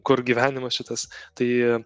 kur gyvenimas šitas tai